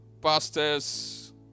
pastors